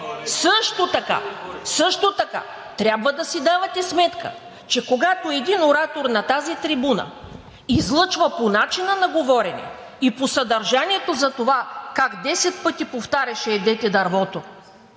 Също така трябва да си давате сметка, че когато един оратор на тази трибуна излъчва по начина на говорене и по съдържанието за това как 10 пъти повтаря „Ще ядете дървото“